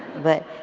but,